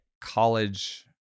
college